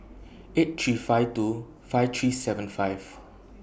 eight three five two five three seven five